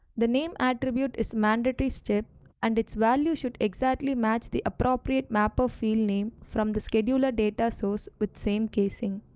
the name attribute is mandatory step and its value should exactly match the appropriate mapper field name from the scheduler data source with same casing,